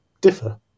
differ